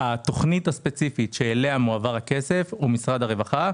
התוכנית הספציפית שאליה מועבר הכסף שייכת למשרד הרווחה.